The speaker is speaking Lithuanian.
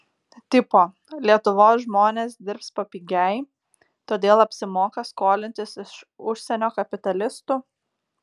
tipo lietuvos žmonės dirbs papigiai todėl apsimoka skolintis iš užsienio kapitalistų